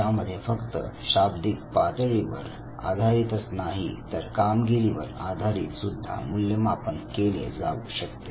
ज्यामध्ये फक्त शाब्दिक पातळीवर आधारितच नाही तर कामगिरीवर आधारित सुद्धा मूल्यमापन केले जाऊ शकते